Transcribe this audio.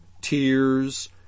tears